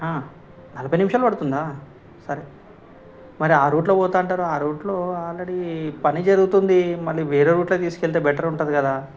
నలభై నిమిషాలు పడుతుందా సరే మరి ఆ రూట్లో పోతాను అంటారు ఆ రూట్లో ఆల్రెడీ పని జరుగుతుంది మళ్ళీ వేరే రూట్లో తీసుకెళ్తే బెటర్ ఉంటుంది కదా